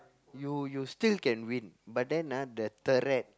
you you still can win but then ah the turret